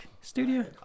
studio